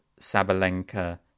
Sabalenka